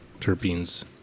terpenes